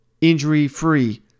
injury-free